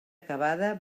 acabada